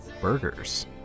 burgers